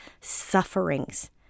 sufferings